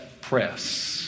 press